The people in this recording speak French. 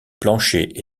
plancher